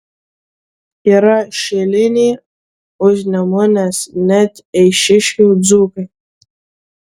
yra šiliniai užnemunės net eišiškių dzūkai